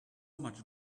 much